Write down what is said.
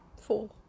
Four